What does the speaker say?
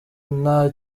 nta